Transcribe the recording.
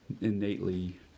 innately